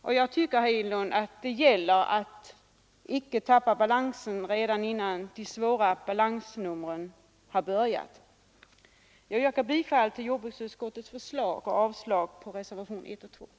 Det gäller då, herr Enlund, att icke tappa balansen redan innan det svåra balansnumret har börjat! Jag yrkar bifall till jordbruksutskottets förslag och avslag på reservationerna 1 och 2.